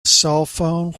cellphone